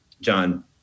John